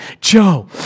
Joe